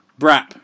Brap